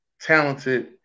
talented